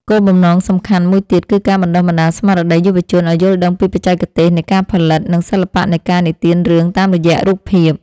គោលបំណងសំខាន់មួយទៀត គឺការបណ្ដុះបណ្ដាលស្មារតីយុវជនឱ្យយល់ដឹងពីបច្ចេកទេសនៃការផលិត និងសិល្បៈនៃការនិទានរឿងតាមរយៈរូបភាព។